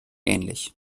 ähnlich